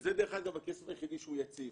וזה, דרך אגב, הכסף היחידי שהוא יציב.